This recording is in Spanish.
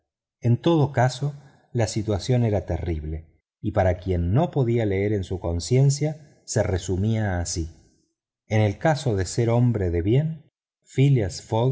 en todo caso la situación ela terrible y para quien no podía leer en su conciencia se resumía así en el caso de ser hombre de bien phileas